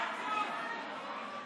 אדוני.